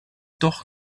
doch